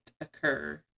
occur